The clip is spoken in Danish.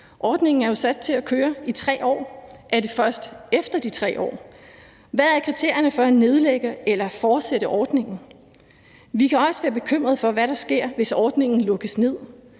Ordningen er jo sat til at køre i 3 år. Er det først efter de 3 år? Og hvad er kriterierne for at nedlægge eller fortsætte ordningen? Vi kan også være bekymrede for, hvad der sker, hvis ordningen lukkes ned